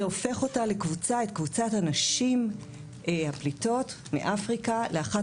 זה הופך את קבוצת הנשים הפליטות מאפריקה לאחת